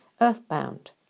earthbound